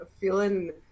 feeling